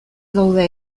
gaude